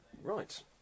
Right